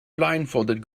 blindfolded